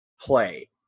play